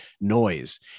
noise